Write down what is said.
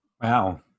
Wow